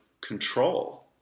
control